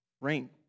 Rain